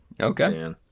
Okay